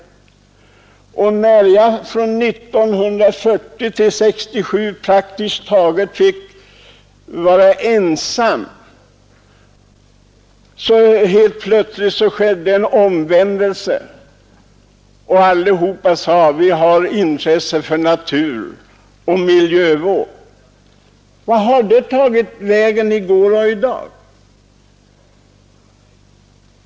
Sedan jag från 1940 till 1967 praktiskt taget hade fått vara ensam skedde helt plötsligt en omvändelse och alla sade: Vi har intresse för natur och miljövård. Vart har det intresset tagit vägen i går och i dag?